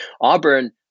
Auburn